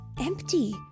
empty